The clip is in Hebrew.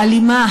האלימה,